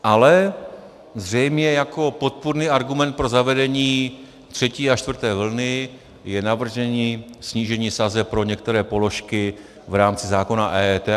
Ale zřejmě jako podpůrný argument pro zavedení třetí a čtvrté vlny je navržení snížení sazeb pro některé položky v rámci zákona o EET.